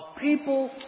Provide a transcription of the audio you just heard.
people